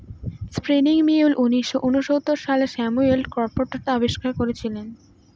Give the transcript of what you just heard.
spinning mule উনিশশো ঊনসত্তর সালে স্যামুয়েল ক্রম্পটন আবিষ্কার করেছিলেন